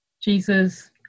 Jesus